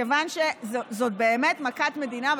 מכיוון שזאת באמת מכת מדינה.